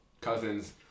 cousin's